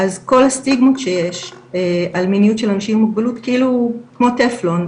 אז כל הסטיגמות שיש על מיניות של אנשים עם מוגבלות כאילו כמו טפלון,